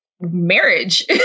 marriage